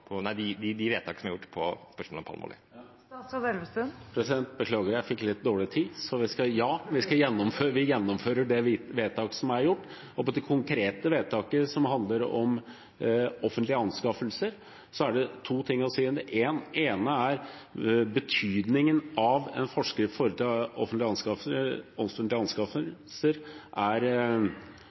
spørsmålet om palmeolje? Jeg beklager, men jeg fikk litt dårlig tid. Ja, vi gjennomfører de vedtak som er gjort, og om det konkrete vedtaket som handler om offentlige anskaffelser, er det to ting å si. Det ene er at betydningen av en forskrift når det gjelder offentlige anskaffelser, er usikker. Det andre er